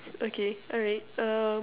okay alright um